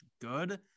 good